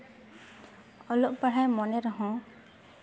ᱚᱞᱚᱜ ᱯᱟᱲᱦᱟᱣᱮᱢ ᱢᱚᱱᱮ ᱨᱮᱦᱚᱸ